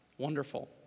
wonderful